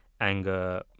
anger